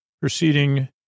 proceeding